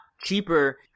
cheaper